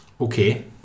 okay